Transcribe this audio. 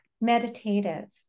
meditative